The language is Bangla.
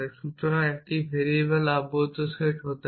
সুতরাং একটি ভেরিয়েবল আবদ্ধ হতে সেট করা হয়